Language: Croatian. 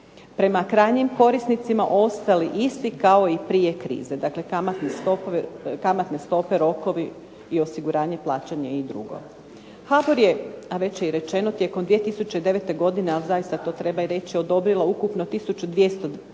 prema krajnjim korisnicima ostali isti kao i prije krize, dakle kamatne stope, rokovi, i osiguranje plaćanje i drugo. HBOR je, a već je i rečeno tijekom 2009. godine, ali zaista to treba i reći odobrilo ukupno tisuću